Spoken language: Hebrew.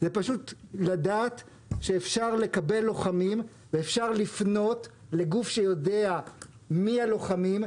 זה פשוט לדעת שאפשר לקבל לוחמים ואפשר לפנות לגוף שיודע מי הלוחמים,